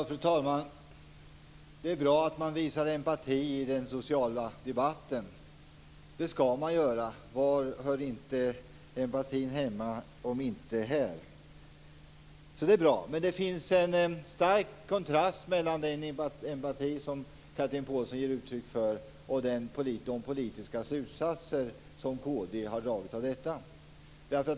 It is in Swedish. Fru talman! Det är bra att man visar empati i den sociala debatten. Det skall man göra. Var hör empatin annars hemma om inte här? Det är bra. Men det finns en starkt kontrast mellan den empati som Chatrine Pålsson ger uttryck för och de politiska slutsatser som kd har dragit av detta.